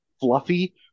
fluffy